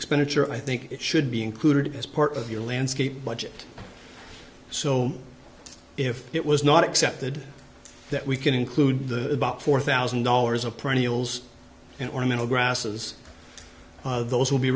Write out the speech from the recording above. expenditure i think it should be included as part of your landscape budget so if it was not accepted that we can include the about four thousand dollars a perennial zx and ornamental grasses those will be